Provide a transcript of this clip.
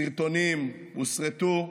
סרטונים הוסרטו,